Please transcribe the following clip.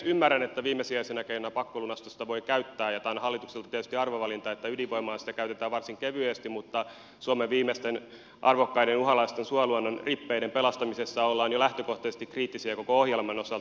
ymmärrän että viimesijaisena keinona pakkolunastusta voi käyttää ja tämä on hallitukselta tietysti arvovalinta että ydinvoimaan sitä käytetään varsin kevyesti mutta suomen viimeisten arvokkaiden uhanalaisten suoluonnon rippeiden pelastamisessa ollaan jo lähtökohtaisesti kriittisiä koko ohjelman osalta